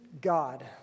God